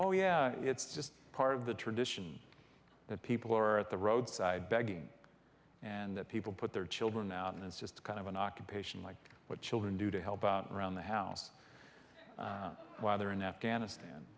oh yeah it's just part of the tradition that people are at the roadside begging and people put their children out and it's just kind of an occupation like what children do to help out around the house while they're in afghanistan